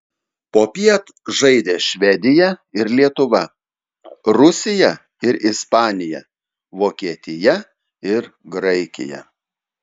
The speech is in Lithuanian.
popiet žaidė švedija ir lietuva rusija ir ispanija vokietija ir graikija